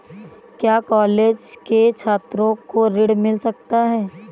क्या कॉलेज के छात्रो को ऋण मिल सकता है?